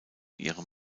ihrem